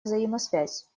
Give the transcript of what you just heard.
взаимосвязь